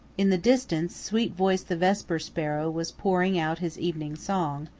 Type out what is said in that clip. in the distance sweetvoice the vesper sparrow was pouring out his evening song,